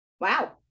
wow